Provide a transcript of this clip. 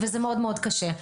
וזה מאוד-מאוד קשה.